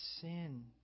sin